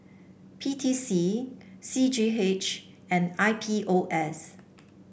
P T C C G H and I P O S